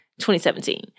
2017